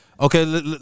Okay